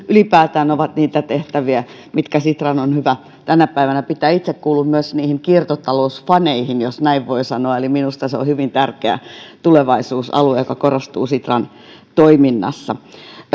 ylipäätään ovat niitä tehtäviä mitkä sitran on hyvä tänä päivänä pitää itse kuulun myös niihin kiertotalousfaneihin jos näin voi sanoa eli minusta se on hyvin tärkeä tulevaisuusalue joka korostuu sitran toiminnassa